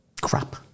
crap